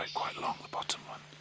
ah quite long, the bottom one.